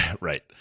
right